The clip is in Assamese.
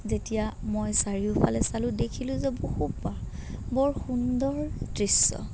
যেতিয়া মই চাৰিওফালে চালোঁ দেখিলোঁ যে বহু বাহ বৰ সুন্দৰ দৃশ্য